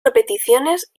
repeticiones